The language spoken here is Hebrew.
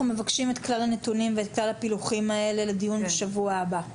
אנחנו מבקשים את כלל הנתונים ואת כלל הפילוחים האלה לדיון בשבוע הבא.